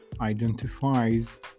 identifies